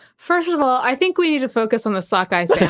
first of all, i think we need to focus on the sockeye so